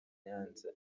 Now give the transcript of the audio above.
nyanza